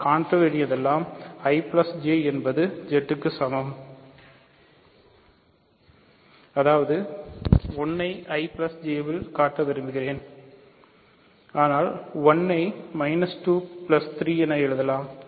நான் காட்ட வேண்டியதெல்லாம் I J என்பது Z க்கு சமம் அதாவது 1 ஐ I Z இல் காட்ட விரும்புகிறேன் ஆனால் 1 ஐ 2 3 என எழுதலாம்